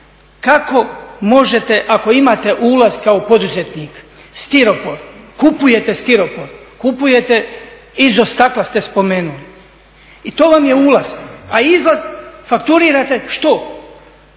Kako možete ako imate ulaz kao poduzetnik, stiropor, kupujete stiropor, kupujete izo stakla ste spomenuli, i to vam je ulaz. A izlaz fakturirate što,